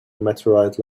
meteorite